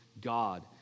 God